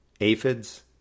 Aphids